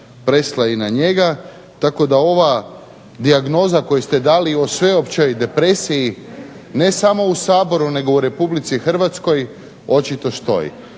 prešla i na njega, tako da ova dijagnoza koju ste dali o sveopćoj depresiji ne samo u Saboru nego u RH očito stoji.